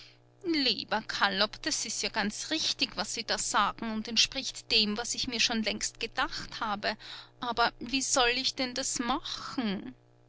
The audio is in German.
lieber kallop das ist ja ganz richtig was sie da sagen und entspricht dem was ich mir schon längst gedacht habe aber wie soll ich denn das machen